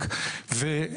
או מתכלה,